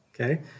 okay